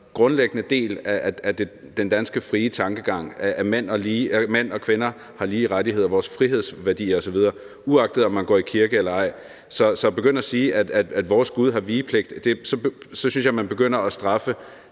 grundlæggende del af den danske, frie tankegang – at mænd og kvinder har lige rettigheder, vores frihedsværdier osv. Så at begynde at sige, at vores Gud har vigepligt, altså, så synes jeg, man begynder at straffe